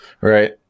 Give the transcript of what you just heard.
Right